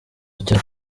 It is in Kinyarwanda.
cyaje